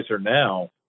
now